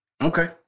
Okay